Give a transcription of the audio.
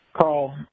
Carl